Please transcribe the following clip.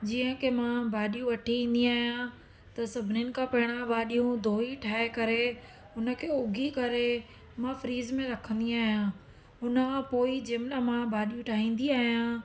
जीअं की मां भाॼियूं वठी ईंदी आहियां त सभिनिनि खां पहिरां भाॼियूं धोई ठाहे करे हुनखे उगी करे मां फ्रीज़ में रखंदी आहियां हुन खां पोइ जंहिं महिल मां भाॼियूं ठाहींदी आहियां